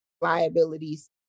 liabilities